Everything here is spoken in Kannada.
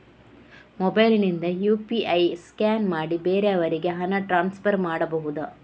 ಮೊಬೈಲ್ ನಿಂದ ಯು.ಪಿ.ಐ ಸ್ಕ್ಯಾನ್ ಮಾಡಿ ಬೇರೆಯವರಿಗೆ ಹಣ ಟ್ರಾನ್ಸ್ಫರ್ ಮಾಡಬಹುದ?